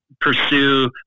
pursue